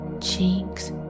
cheeks